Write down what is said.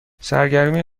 سرگرمی